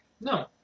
No